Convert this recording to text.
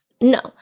no